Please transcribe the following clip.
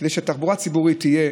כדי שתחבורה ציבורית תהיה